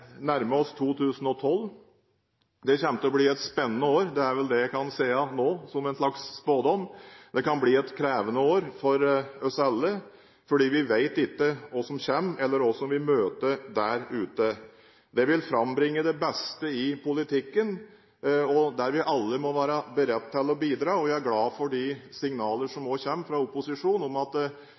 nærmer oss 2012. Det kommer til å bli et spennende år. Det er vel det jeg kan si nå, som en slags spådom. Det kan bli et krevende år for oss alle, for vi vet ikke hva som kommer, eller hva vi møter der ute. Det vil frambringe det beste i politikken, der vi alle må være beredt til å bidra. Jeg er glad for de signaler som også kommer fra opposisjonen om at